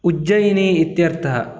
उज्जैयिनी इत्यर्थः